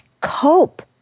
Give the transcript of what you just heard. cope